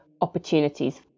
opportunities